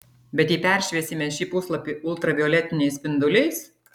bet jei peršviesime šį puslapį ultravioletiniais spinduliais